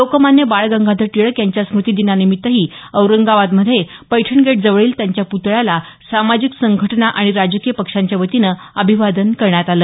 लोकमान्य बाळगंगाधर टिळक यांच्या स्मृतीदिनानिमित्त औरंगाबादमध्ये पैठण गेट जवळील त्यांच्या पुतळ्याला सामाजिक संघटना आणि राजकीय पक्षांच्यावतीनं अभिवादन करण्यात आलं